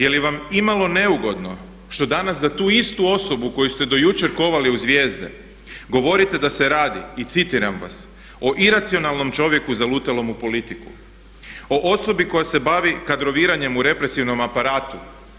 Je li vam imalo neugodno što danas za tu istu osobu koju ste do jučer kovali u zvijezde govorite da se radi i citiram vas o iracionalnom čovjeku zalutalom u politiku, o osobi koja se bavi kadroviranjem u represivnom aparatu.